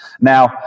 Now